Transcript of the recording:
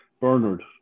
Bernard